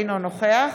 אינו נוכח